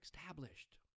established